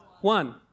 one